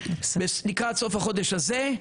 לקראת סוף החודש הזה,